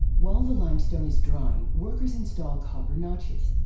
while the limestone is drying, workers install copper notches.